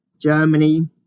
Germany